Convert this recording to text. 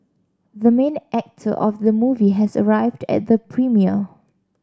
the main actor of the movie has arrived at the premiere